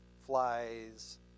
flies